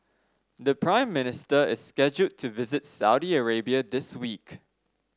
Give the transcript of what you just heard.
the Prime Minister is scheduled to visit Saudi Arabia this week